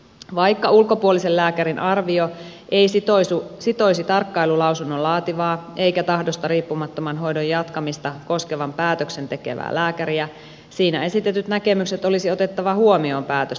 vaikka ulkopuolisen lääkärin arvio ei sitoisi tarkkailulausunnon laativaa eikä tahdosta riippumattoman hoidon jatkamista koskevan päätöksen tekevää lääkäriä siinä esitetyt näkemykset olisi otettava huomioon päätöstä tehtäessä